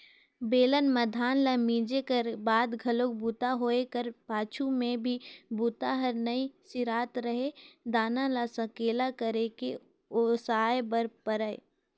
बेलन म धान ल मिंजे कर बाद घलोक बूता होए कर पाछू में भी बूता हर नइ सिरात रहें दाना ल सकेला करके ओसाय बर परय